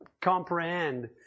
comprehend